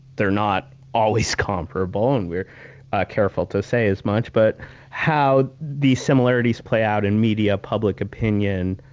they're not always comparable, and we're careful to say as much but how these similarities play out in media, public opinion,